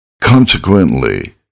Consequently